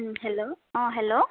hello um hello